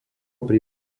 pri